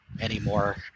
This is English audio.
anymore